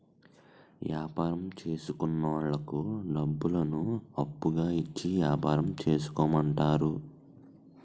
యాపారం చేసుకున్నోళ్లకు డబ్బులను అప్పుగా ఇచ్చి యాపారం చేసుకోమంటారు